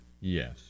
Yes